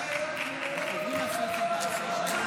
והגיענו לזמן הזה.